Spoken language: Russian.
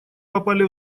попали